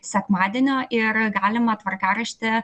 sekmadienio ir galima tvarkaraštį